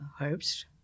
herbs